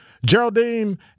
Geraldine